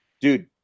dude